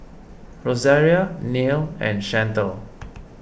Rosaria Neil and Shantel